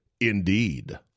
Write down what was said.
Indeed